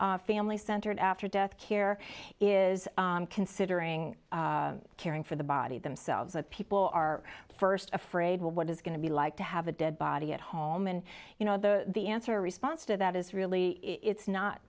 family centered after death care is considering caring for the body themselves that people are st afraid what is going to be like to have a dead body at home and you know the the answer response to that is really it's not